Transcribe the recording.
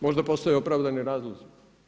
Možda postoje opravdani razlozi.